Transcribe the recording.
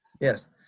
Yes